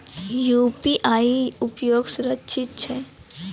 UPI उपयोग सुरक्षित छै?